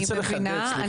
אני מבינה.